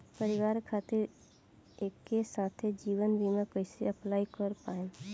परिवार खातिर एके साथे जीवन बीमा कैसे अप्लाई कर पाएम?